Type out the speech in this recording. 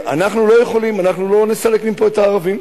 אנחנו לא נסלק מפה את הערבים.